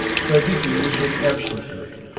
so dicky whistled absently,